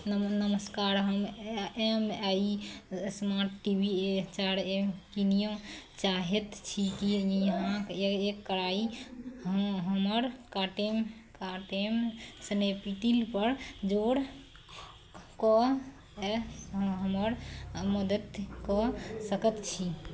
नम नमस्कार हम M I smart T V H R M किनियो चाहैत छी की इहा कराइ ह हमर कार्टेम कार्टेम स्नेपटिलपर जोड़िकऽ ए हमर मदद कऽ सकैत छी